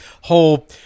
whole